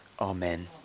amen